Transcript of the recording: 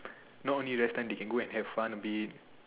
not only rest time they can go and have fun abit